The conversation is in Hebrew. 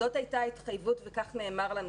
זאת הייתה התחייבות וכך נאמר לנו.